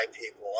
people